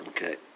Okay